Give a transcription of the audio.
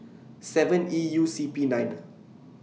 seven E U C P nine